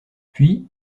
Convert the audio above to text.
puis